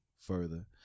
further